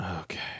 Okay